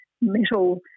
metal